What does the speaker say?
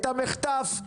את המחטף?